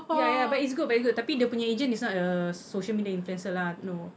ya ya but it's good very good tapi dia punya agent is not a social media influencer lah no